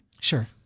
sure